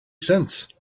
since